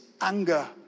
anger